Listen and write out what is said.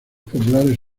populares